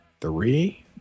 three